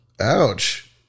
Ouch